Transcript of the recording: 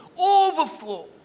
Overflow